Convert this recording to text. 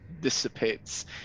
dissipates